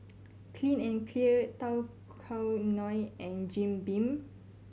Clean and Clear Tao Kae Noi and Jim Beam